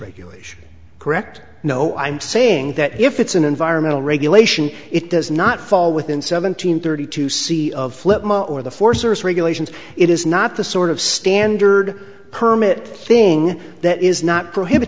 regulation correct no i'm saying that if it's an environmental regulation it does not fall within seventeen thirty two c of flip or the four service regulations it is not the sort of standard permit thing that is not prohibit